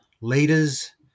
leaders